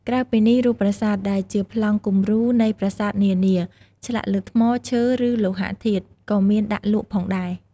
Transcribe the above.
ក្រៅពីនេះ រូបប្រាសាទ ដែលជាប្លង់គំរូនៃប្រាសាទនានា ឆ្លាក់លើថ្ម ឈើ ឬលោហៈធាតុ ក៏មានដាក់លក់ផងដែរ។